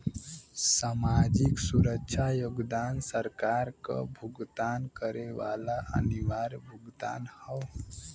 सामाजिक सुरक्षा योगदान सरकार क भुगतान करे वाला अनिवार्य भुगतान हौ